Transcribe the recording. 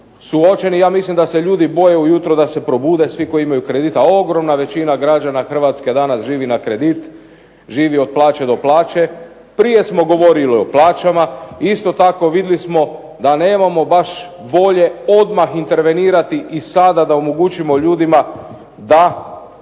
suočeni, ja mislim da se ljudi boje ujutro da se probude svi koji imaju kredit, a ogromna većina građana Hrvatske danas živi na kredit, živi od plaće do plaće. Prije smo govorili o plaćama i isto tako vidjeli smo da nemamo baš volje odmah intervenirati i sada da omogućimo ljudima da